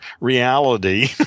reality